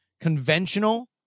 conventional